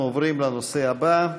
אנחנו עוברים לנושא הבא: